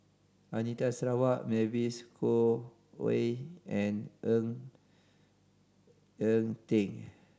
Anita Sarawak Mavis Khoo Oei and Ng Eng Teng